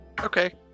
Okay